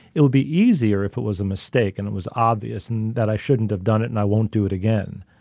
it will be easier if it was a mistake and it was obvious and that i shouldn't have done it and i won't do it again.